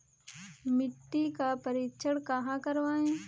मिट्टी का परीक्षण कहाँ करवाएँ?